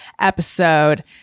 episode